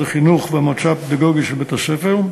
החינוך והמועצה הפדגוגית של בית-הספר,